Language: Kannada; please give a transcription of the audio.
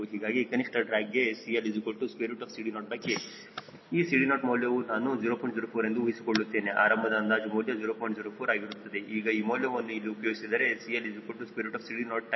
ಹೀಗಾಗಿ ಕನಿಷ್ಠ ಡ್ರ್ಯಾಗ್ಗೆ CLCD0K 𝐶DO ಮೌಲ್ಯವನ್ನು ನಾನು 0